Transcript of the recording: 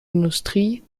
industrie